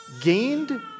Gained